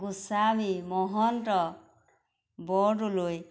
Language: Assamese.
গোস্বামী মহন্ত বৰদলৈ